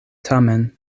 tamen